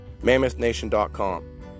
MammothNation.com